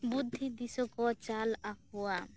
ᱵᱩᱫᱽᱫᱷᱤ ᱫᱤᱥᱟᱹ ᱠᱚ ᱪᱟᱞ ᱟᱠᱚᱣᱟ